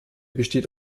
besteht